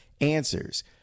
answers